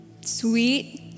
sweet